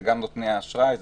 זה גם נותני האשראי,